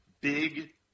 big